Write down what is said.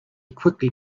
quickly